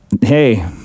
Hey